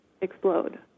explode